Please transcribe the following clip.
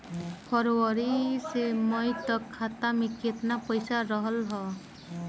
फरवरी से मई तक खाता में केतना पईसा रहल ह?